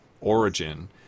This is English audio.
origin